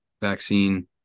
vaccine